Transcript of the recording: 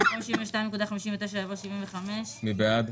במקום 88.7 יבוא 95. מי בעד?